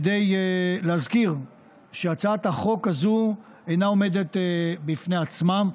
כדי להזכיר שהצעת החוק הזו אינה עומדת בפני עצמה.